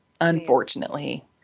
unfortunately